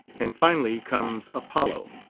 and finally comes apollo.